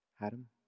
Adam